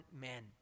men